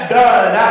done